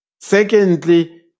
Secondly